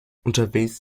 unterwegs